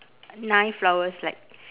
nine flowers like